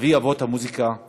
אבי אבות המוזיקה הישראלית.